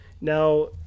Now